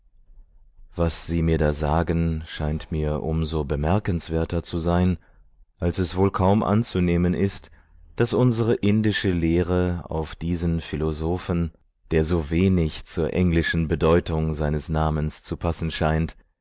was sie mir da sagen scheint mir um so bemerkenswerter zu sein als es wohl kaum anzunehmen ist daß unsere indische lehre auf diesen philosophen der so wenig zur englischen bedeutung seines namens zu passen scheint